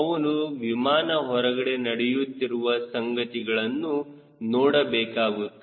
ಅವನು ವಿಮಾನ ಹೊರಗಡೆ ನಡೆಯುತ್ತಿರುವ ಸಂಗತಿಗಳನ್ನು ನೋಡಬೇಕಾಗುತ್ತದೆ